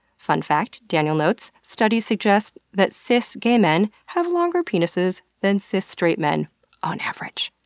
fun fact, daniel notes, studies suggest that cis gay men have longer penises than cis straight men on average.